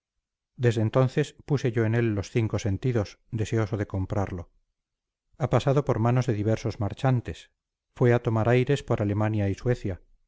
desde entonces puse yo en él los cinco sentidos deseoso de comprarlo ha pasado por manos de diversos marchantes fue a tomar aires por alemania y suecia